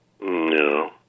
No